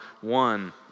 one